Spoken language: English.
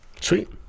Sweet